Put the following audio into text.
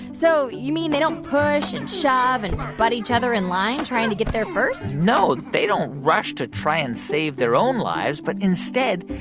so you mean they don't push and shove and butt each other in line trying to get there first? no. they don't rush to try and save their own lives. but instead,